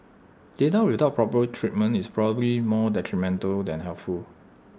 data without proper treatment is probably more detrimental than helpful